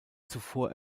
zuvor